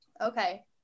Okay